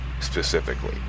specifically